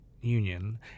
Union